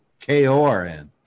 K-O-R-N